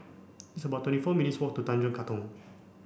it's about twenty four minutes' walk to Tanjong Katong